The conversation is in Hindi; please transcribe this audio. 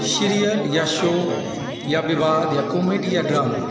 शिरियल या शो या विवाद या कॉमेडी या ड्रामा